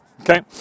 Okay